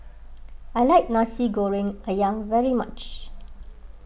I like Nasi Goreng Ayam very much